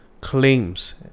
claims